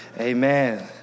Amen